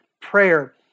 prayer